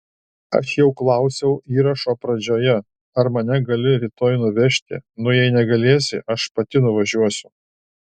aš jau klausiau įrašo pradžioje ar mane gali rytoj nuvežti nu jei negalėsi aš pati nuvažiuosiu